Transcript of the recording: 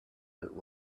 without